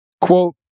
Quote